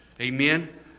Amen